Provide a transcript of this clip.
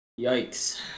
Yikes